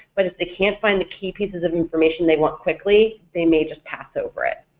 but if they can't find the key pieces of information they want quickly, they may just pass over it.